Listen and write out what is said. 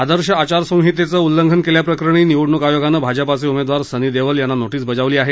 आदर्श आचारसंहितेचं उल्लंघन केल्याप्रकरणी निवडणूक आयोगांनं भाजपाचे उमेदवार सनी देओल यांना नोटीस बजावली आहे